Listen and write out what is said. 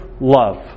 love